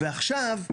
ועכשיו,